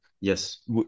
Yes